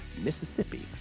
Mississippi